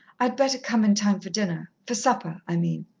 i'd better come in time for dinner for supper, i mean.